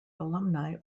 alumni